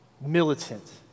Militant